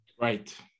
Right